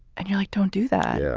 you know i don't do that. yeah